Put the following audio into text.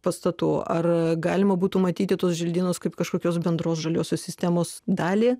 pastatų ar galima būtų matyti tuos želdynus kaip kažkokios bendros žaliosios sistemos dalį